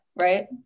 right